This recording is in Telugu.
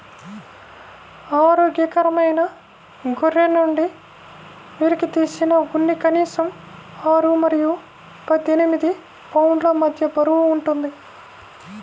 ఆరోగ్యకరమైన గొర్రె నుండి వెలికితీసిన ఉన్ని కనీసం ఆరు మరియు పద్దెనిమిది పౌండ్ల మధ్య బరువు ఉంటుంది